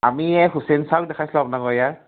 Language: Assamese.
আমি এই হুচেইন ছাৰক দেখাইছিলোঁ আপোনালোকৰ ইয়াৰ